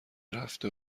رفته